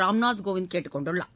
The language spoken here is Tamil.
ராம்நாத் கோவிந்த் கேட்டுக் கொண்டுள்ளார்